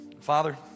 Father